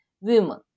women